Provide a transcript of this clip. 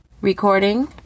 recording